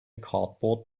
cardboard